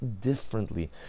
differently